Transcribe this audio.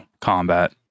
combat